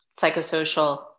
psychosocial